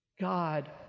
God